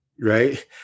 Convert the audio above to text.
right